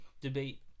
debate